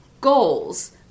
goals